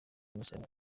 innocent